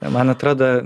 na man atrodo